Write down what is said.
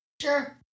sure